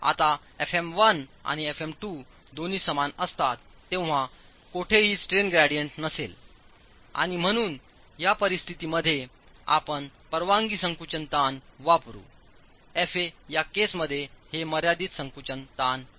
आता fm1 आणि fm2 दोन्ही समान असतात तेव्हा कुठेही स्ट्रेन ग्रेडियंट नसेल आणि म्हणून या परिस्थिती मध्ये आपण परवानगी संकुचन ताण वापरू Fa या केस मध्ये हे मर्यादित संकुचन ताण आहे